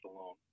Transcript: alone